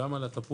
גם על התפוח,